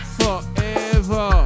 forever